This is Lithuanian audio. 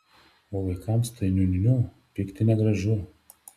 o vaikams tai niu niu niu pykti negražu